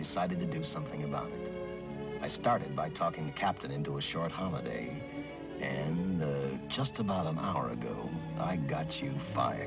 decided to do something about i started by talking captain into a short holiday and the just about an hour ago i got you